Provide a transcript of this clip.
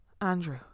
Andrew